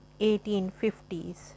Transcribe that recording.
1850s